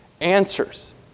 answers